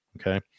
Okay